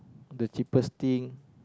the cheapest thing